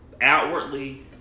outwardly